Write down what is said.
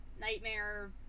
nightmare